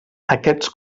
aquests